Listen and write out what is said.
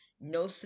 no